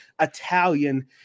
Italian